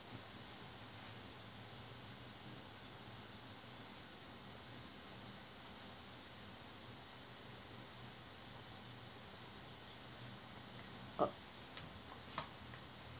uh